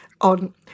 on